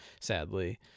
sadly